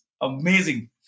Amazing